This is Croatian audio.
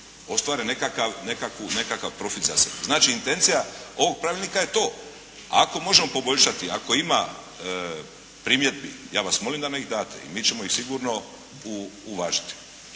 ostvare nekakav profit za sebe. Znači, intencija ovog pravilnika je to. Ako možemo poboljšati, ako ima primjedbi ja vas molim da mi ih date i mi ćemo ih sigurno uvažiti.